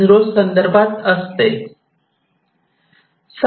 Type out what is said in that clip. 0 संदर्भात असते